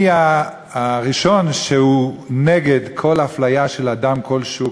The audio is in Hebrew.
אני הראשון שהוא נגד כל אפליה של אדם כלשהו,